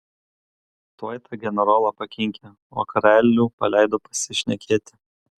tuoj tą generolą pakinkė o karalių paleido pasišnekėti